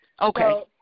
Okay